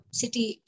city